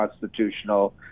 constitutional